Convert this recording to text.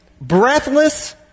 breathless